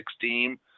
team